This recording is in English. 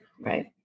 Right